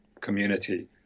community